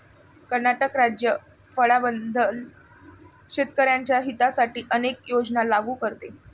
कर्नाटक राज्य फळांबद्दल शेतकर्यांच्या हितासाठी अनेक योजना लागू करते